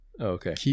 okay